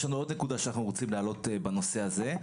יש לנו עוד נקודה שאנחנו רוצים להעלות בנושא הזה.